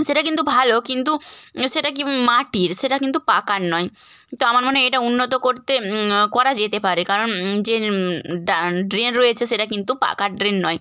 সেটা কিন্তু ভালো কিন্তু সেটা কী মাটির সেটা কিন্তু পাকার নয় তো আমার মনে হয় এটা উন্নত করতে করা যেতে পারে কারণ যে ড্রেন রয়েছে সেটা কিন্তু পাকার ড্রেন নয়